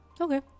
Okay